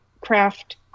craft